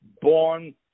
Born